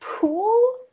pool